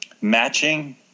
matching